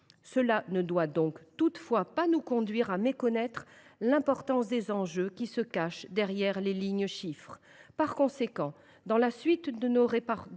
Cela ne doit toutefois pas nous conduire à méconnaître l’importance des enjeux qui se cachent derrière les lignes de chiffres. Par conséquent, à l’instar de nos rapporteurs,